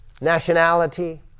nationality